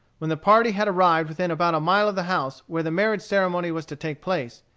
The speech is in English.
when the party had arrived within about a mile of the house where the marriage ceremony was to take place,